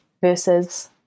versus